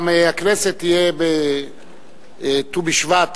גם הכנסת תהיה בט"ו בשבט,